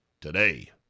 today